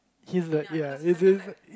he's the ya he's the he's the